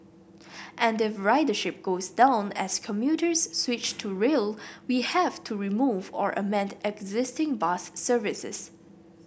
and if ridership goes down as commuters switch to rail we have to remove or amend existing bus services